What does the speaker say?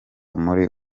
muri